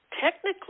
technically